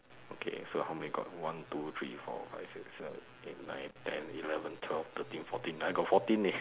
okay so how many got one two three four five six seven eight nine ten eleven twelve thirteen fourteen I got fourteen eh